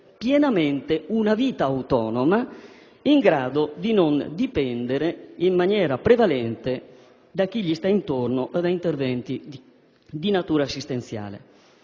pienamente una vita autonoma e dunque di non dipendere in maniera prevalente da chi gli sta intorno o da interventi di natura assistenziale.